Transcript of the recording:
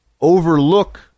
overlook